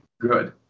good